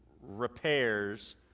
repairs